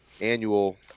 annual